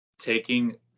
taking